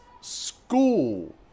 school